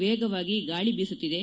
ವೇಗವಾಗಿ ಗಾಳಿ ಬಿಸುತ್ತಿದೆ